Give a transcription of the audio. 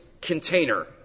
container